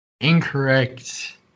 Incorrect